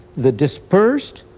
the disbursed,